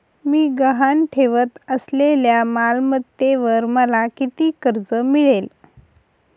मी गहाण ठेवत असलेल्या मालमत्तेवर मला किती कर्ज मिळेल?